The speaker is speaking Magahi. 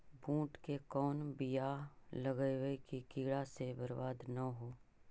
बुंट के कौन बियाह लगइयै कि कीड़ा से बरबाद न हो?